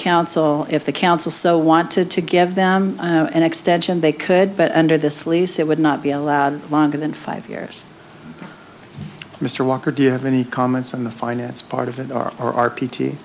council if the council so wanted to give them an extension they could but under this lease it would not be allowed longer than five years mr walker do you have any comments on the finance part of it or are